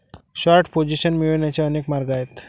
short position मिळवण्याचे अनेक मार्ग आहेत